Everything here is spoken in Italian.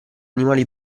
animali